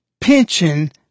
pension